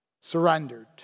surrendered